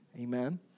amen